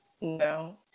No